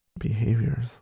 Behaviors